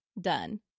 done